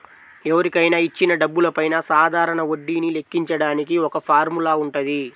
ఎవరికైనా ఇచ్చిన డబ్బులపైన సాధారణ వడ్డీని లెక్కించడానికి ఒక ఫార్ములా వుంటది